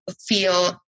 feel